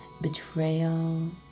Betrayal